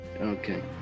Okay